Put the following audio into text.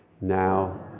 now